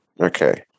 Okay